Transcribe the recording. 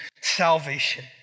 salvation